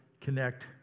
connect